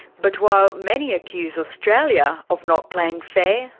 but while many accuse australia of not playing fair,